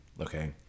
Okay